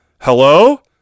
Hello